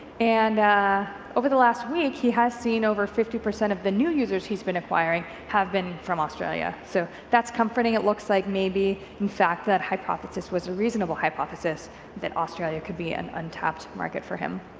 and over the last week he has seen over fifty percent of the new users he's been acquiring have been from australia, so that's comforting, it looks like maybe, in fact, that hypothesis was a reasonable hypothesis that australia could be an untapped market for him.